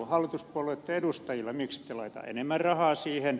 miksi ette laita enemmän rahaa siihen